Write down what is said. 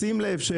שים לב,